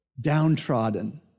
downtrodden